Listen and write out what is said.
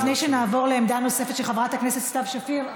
לפני שנעבור לעמדה נוספת של חברת הכנסת סתיו שפיר,